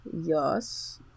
yes